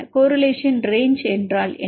correlation range என்ன